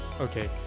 okay